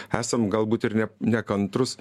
esam galbūt ir ne nekantrūs